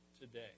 today